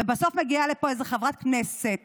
ובסוף מגיעה לפה איזו חברת כנסת